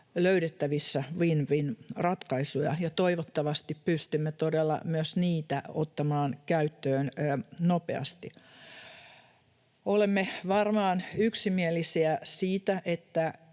löydettävissä win-win-ratkaisuja, ja toivottavasti pystymme todella myös niitä ottamaan käyttöön nopeasti. Olemme varmaan yksimielisiä siitä, että